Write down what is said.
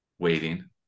waiting